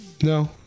No